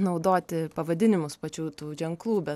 naudoti pavadinimus pačių tų ženklų bet